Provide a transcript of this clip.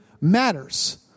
matters